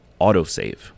autosave